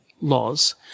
laws